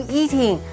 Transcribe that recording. eating？